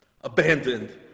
abandoned